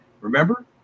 Remember